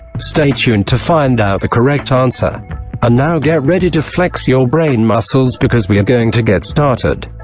stay tuned to find out the correct answer and ah now get ready to flex your brain muscles because we are going to get started.